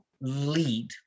lead